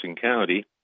County